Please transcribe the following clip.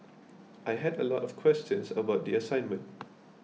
I had a lot of questions about the assignment